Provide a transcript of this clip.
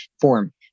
form